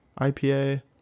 IPA